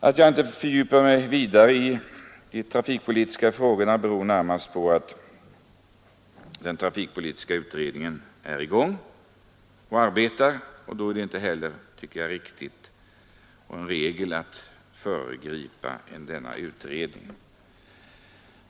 Att jag inte fördjupar mig vidare i de trafikpolitiska frågorna beror närmast på att den trafikpolitiska utredningen är i gång och arbetar. Då tycker jag inte heller att det är riktigt att föregripa denna utredning.